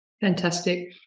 Fantastic